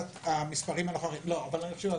צריך להבין